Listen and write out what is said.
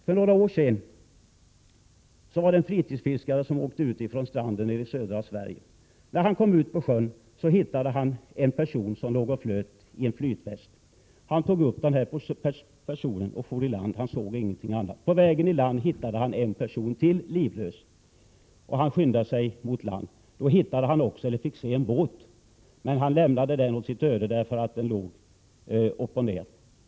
För några år sedan åkte en fritidsfiskare ut från stranden nere i södra Sverige. När han kom ut på sjön hittade han en person som låg och flöt i vattnet i en flytväst. Han plockade upp personen och vände mot land — han såg inget annat på platsen. På väg mot land hittade fiskaren en till person som var livlös. Fiskaren skyndade vidare mot land. Då fick han se en båt, men han lämnade den åt sitt öde, Prot. 1987/88:111 eftersom den låg upp och ner.